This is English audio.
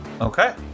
Okay